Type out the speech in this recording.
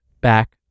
back